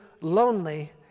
lonely